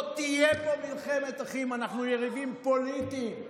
לא תהיה מלחמת אחים, אנחנו יריבים פוליטיים.